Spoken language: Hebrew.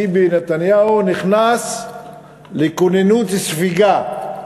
ביבי נתניהו נכנס לכוננות ספיגה.